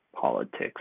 politics